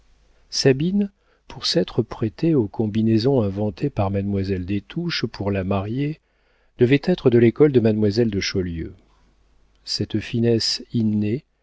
sabine pour s'être prêtée aux combinaisons inventées par mademoiselle des touches pour la marier devait être de l'école de mademoiselle de chaulieu cette finesse innée